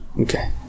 Okay